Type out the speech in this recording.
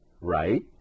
right